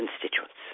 constituents